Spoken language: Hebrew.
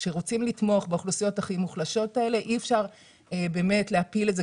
כשרוצים לתמוך באוכלוסיות הכי מוחלשות האלה אי-אפשר להפיל את זה.